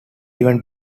even